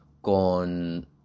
con